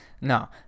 no